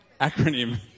Acronym